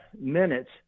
minutes